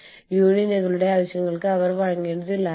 വ്യാപ്തിയുടെ ആഗോള സമ്പദ്വ്യവസ്ഥയെ ചൂഷണം ചെയ്യുന്നു